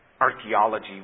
archaeology